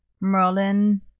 merlin